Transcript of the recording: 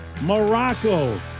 Morocco